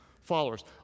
followers